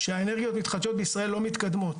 שהאנרגיות המתחדשות בישראל לא מתקדמות,